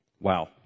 Wow